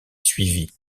suivit